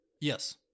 Yes